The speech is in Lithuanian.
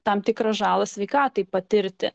tam tikrą žalą sveikatai patirti